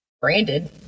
branded